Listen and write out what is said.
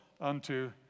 unto